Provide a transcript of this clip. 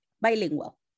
bilingual